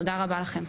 תודה רבה לכם.